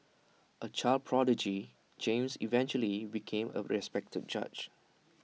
A child prodigy James eventually became A respected judge